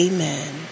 Amen